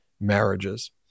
marriages